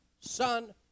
Son